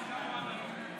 אז הגענו עד הלום.